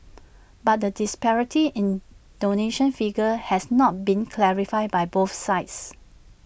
but the disparity in donation figures has not been clarified by both sides